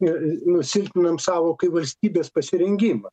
ir į nusilpninam savo kaip valstybės pasirengimą